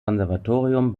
konservatorium